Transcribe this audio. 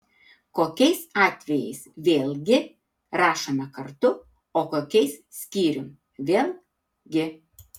kokiais atvejais vėlgi rašome kartu o kokiais skyrium vėl gi